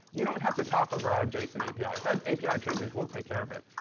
you don't have to talk over our json api. if that api changes, we'll take care of it.